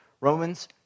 Romans